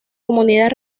comunidad